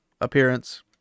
appearance